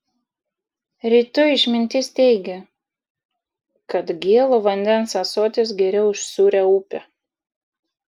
rytų išmintis teigia kad gėlo vandens ąsotis geriau už sūrią upę